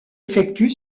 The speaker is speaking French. effectue